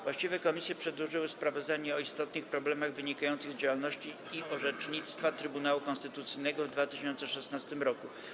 Właściwe komisje przedłożyły sprawozdanie o istotnych problemach wynikających z działalności i orzecznictwa Trybunału Konstytucyjnego w 2016 roku.